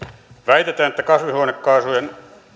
väitetään että kasvihuonekaasujen